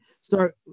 start